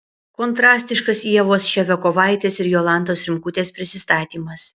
kontrastiškas ievos ševiakovaitės ir jolantos rimkutės prisistatymas